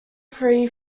free